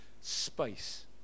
space